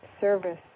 service